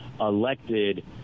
elected